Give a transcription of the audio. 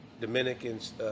Dominican's